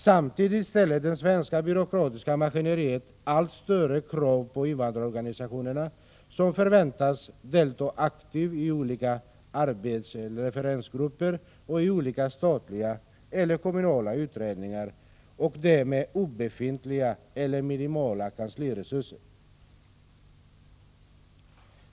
Samtidigt ställer det svenska byråkratiska maskineriet allt större krav på invandrarorganisationerna, som förväntas delta aktivt i olika arbetsoch referensgrupper och i olika statliga eller kommunala utredningar — och det med obefintliga eller minimala kansliresurser.